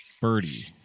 birdie